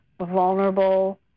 vulnerable